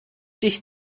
dich